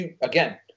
Again